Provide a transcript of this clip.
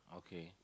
okay